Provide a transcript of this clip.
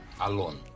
alone